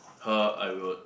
her I will